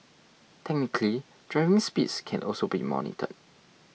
technically driving speeds can also be monitored